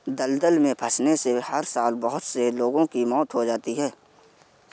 दलदल में फंसने से हर साल बहुत से लोगों की मौत हो जाती है